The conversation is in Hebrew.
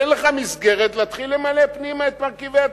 אין לך מסגרת להתחיל למלא פנימה את מרכיבי התקציב.